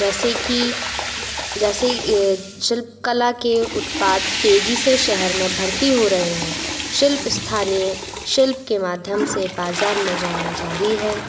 जैसे कि जैसे शिल्प कला के उत्पाद तेज़ी से शहर में भर्ती हो रहे हैं शिल्प स्थानीय शिल्प के माध्यम से बाज़ार में जाना जारी है